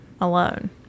alone